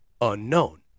unknown